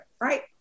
right